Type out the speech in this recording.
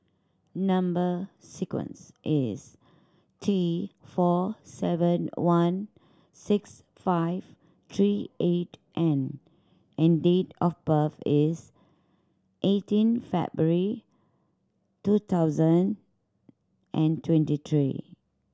number sequence is T four seven one six five three eight N and date of birth is eighteen February two thousand and twenty three